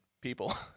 people